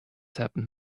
happened